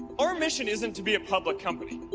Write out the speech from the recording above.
our mission isn't to be a public company.